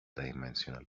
dimensional